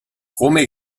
come